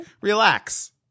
relax